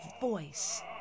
voice